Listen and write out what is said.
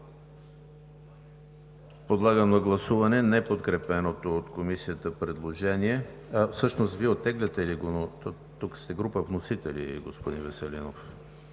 Подлагам на гласуване неподкрепеното от Комисията предложение... Всъщност, Вие оттегляте ли го? Тук сте група вносители, господин Веселинов?